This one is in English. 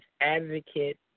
advocate